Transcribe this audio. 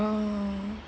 oh